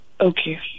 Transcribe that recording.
Okay